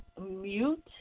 mute